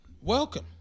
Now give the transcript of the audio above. welcome